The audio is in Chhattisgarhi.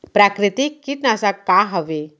प्राकृतिक कीटनाशक का हवे?